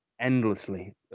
endlessly